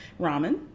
ramen